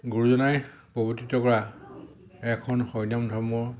গুৰুজনাই প্ৰৱৰ্তিত কৰা একশৰণ হৰি নাম ধৰ্মৰ